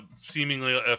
seemingly